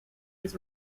was